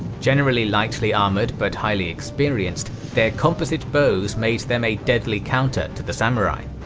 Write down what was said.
generally lightly armoured but highly experienced, their composite bows made them a deadly counter to the samurai.